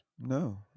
no